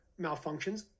malfunctions